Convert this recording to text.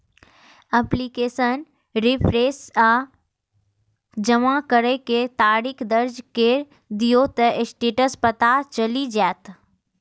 application reference आ जमा करै के तारीख दर्ज कैर दियौ, ते स्टेटस पता चलि जाएत